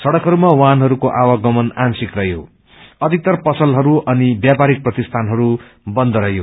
सड़कहरूमा वाहनहरूको आवागमन आंशिक रहयो अविक्तर पसलहरू अनि व्यापारिक प्रतिष्ठानहरू बन्द रहयो